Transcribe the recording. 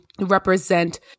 represent